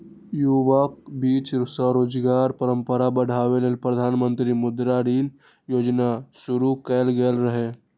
युवाक बीच स्वरोजगारक परंपरा बढ़ाबै लेल प्रधानमंत्री मुद्रा ऋण योजना शुरू कैल गेल रहै